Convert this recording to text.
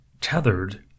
tethered